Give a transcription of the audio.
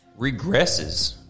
regresses